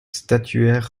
statuaire